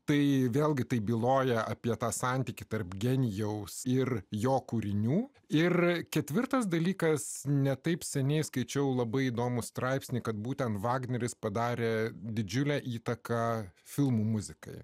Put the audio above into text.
tai vėlgi tai byloja apie tą santykį tarp genijaus ir jo kūrinių ir ketvirtas dalykas ne taip seniai skaičiau labai įdomų straipsnį kad būtent vagneris padarė didžiulę įtaką filmų muzikai